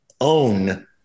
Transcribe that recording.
own